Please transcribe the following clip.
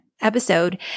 episode